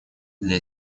для